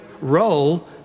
role